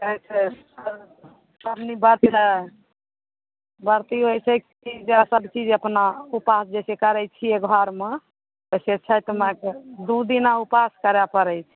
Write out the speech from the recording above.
कहै छै पबनी व्रत हइ व्रती होइ छै किजे सभचीज अपना उपास जे छै करै छियै घरमे तऽ से छठि माइके दू दिना उपास करै पड़ै छै